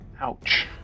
Ouch